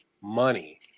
money